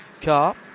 car